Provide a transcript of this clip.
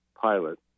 pilot